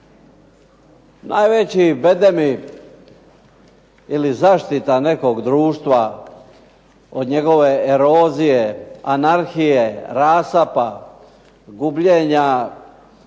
Najveći bedemi ili zaštita nekog društva od njegove erozije, anarhije, rasapa, gubljenja